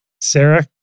Sarah